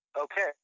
Okay